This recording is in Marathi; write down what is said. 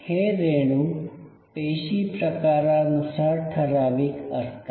हे रेणू पेशी प्रकारानुसार ठराविक असतात